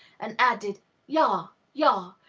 and added ja, ja.